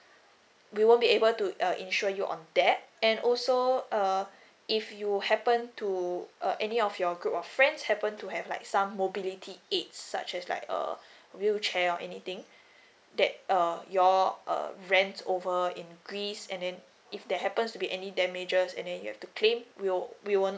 we won't be able to err insure you on that and also uh if you happen to uh any of your group of friends happen to have like some mobility aid such as like err wheelchair or anything that uh you all uh rent over in greece and then if there happens to be any damages and then you have to claim we won't we won't